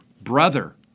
brother